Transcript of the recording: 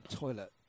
toilet